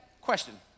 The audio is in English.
question